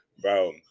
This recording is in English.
bro